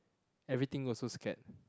everything also scared